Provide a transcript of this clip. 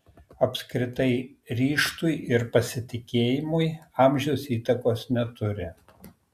apskritai ryžtui ir pasitikėjimui amžius įtakos neturi